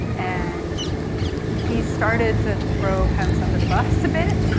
and he started to throw pence under the bus a bit.